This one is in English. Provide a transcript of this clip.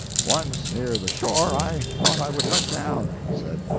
once near the shore i thought i would let down, he said,